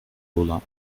lola